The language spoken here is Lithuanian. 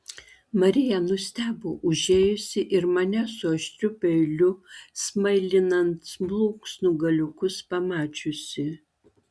marija nustebo užėjusi ir mane su aštriu peiliu smailinant plunksnų galiukus pamačiusi